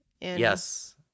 Yes